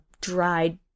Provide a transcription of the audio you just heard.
dried